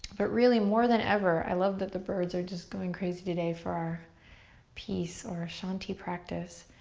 but really more than ever, i love that the birds are just going crazy today for our peace or shanti practice,